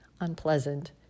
unpleasant